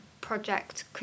project